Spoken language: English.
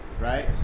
Right